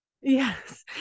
Yes